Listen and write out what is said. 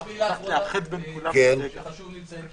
עוד מילה אחרונה שחשוב לי לציין,